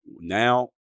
now